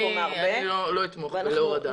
אני לא אתמוך בהורדה.